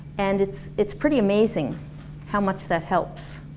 and it's it's pretty amazing how much that helps.